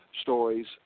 stories